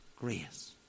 grace